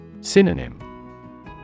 Synonym